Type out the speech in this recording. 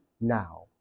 now